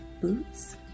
boots